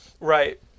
Right